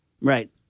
right